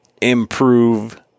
improve